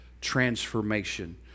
transformation